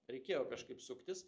reikėjo kažkaip suktis